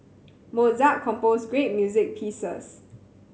Mozart composed great music pieces